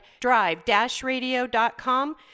drive-radio.com